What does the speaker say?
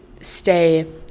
stay